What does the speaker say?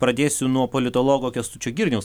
pradėsiu nuo politologo kęstučio girniaus